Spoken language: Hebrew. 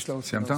סיימת?